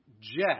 jet